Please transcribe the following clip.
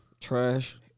Trash